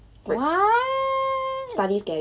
what